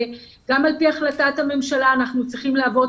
גם על פי החלטת הממשלה אנחנו צריכים להוות